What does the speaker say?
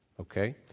Okay